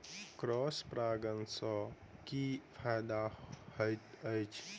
Cross परागण सँ की फायदा हएत अछि?